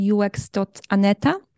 ux.aneta